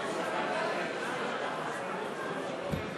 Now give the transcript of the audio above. נא להצביע.